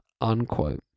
Unquote